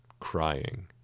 crying